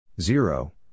Zero